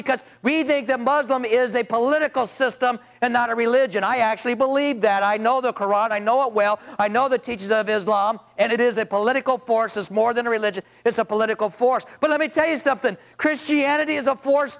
that muslim is a political system and not a religion i actually believe that i know the koran i know it well i know the teachings of islam and it is a political forces more than religion it's a political force but let me tell you something christianity is a force